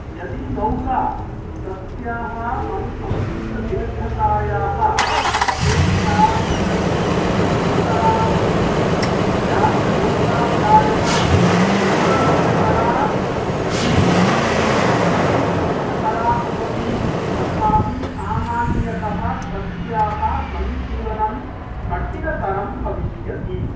यदि नौका तस्याः अनुशंसितदीर्घतायाः अपेक्षया दीर्घतरा भवति या च नौका प्रायः सङ्कीर्णतरा सति यद्यपि द्रुततरा भवति तथापि सामान्यतः तस्याः सन्तुलनं कठिनतरं भविष्यति